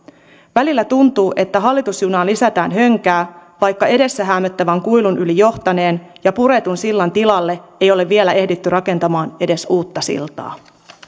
välillä tuntuu että hallitusjunaan lisätään hönkää vaikka edessä häämöttävän kuilun yli johtaneen ja puretun sillan tilalle ei ole edes vielä ehditty rakentamaan uutta siltaa